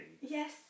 Yes